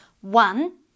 One